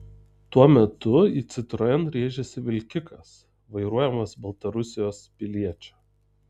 tuo metu į citroen rėžėsi vilkikas vairuojamas baltarusijos piliečio